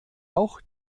auch